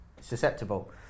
susceptible